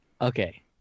okay